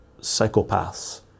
psychopaths